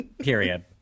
Period